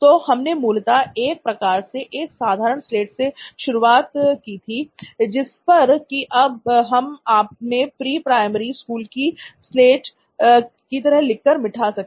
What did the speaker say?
तो हमने मूलतः एक प्रकार से एक साधारण स्लेट से शुरुआत की थी जिस पर की हम अपने प्री प्राइमरी स्कूल की स्लेट तरह लिखकर मिटा सके